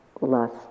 lust